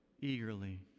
eagerly